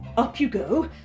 up you go.